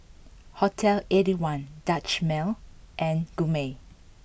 Hotel Eighty One Dutch Mill and Gourmet